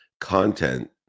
content